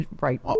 Right